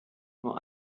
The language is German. nur